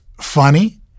funny